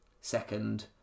second